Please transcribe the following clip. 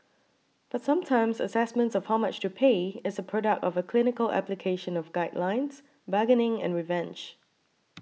but sometimes assessments of how much to pay is a product of a clinical application of guidelines bargaining and revenge